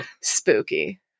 Spooky